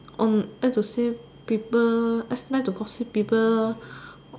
on like to say people like to gossip people